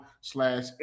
slash